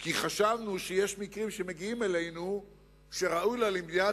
כי חשבנו שיש מקרים שמגיעים אלינו שראוי לה למדינת